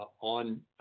on